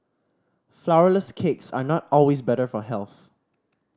flourless cakes are not always better for health